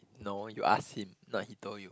no you ask him not he told you